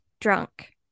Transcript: drunk